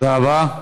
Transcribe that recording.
תודה רבה.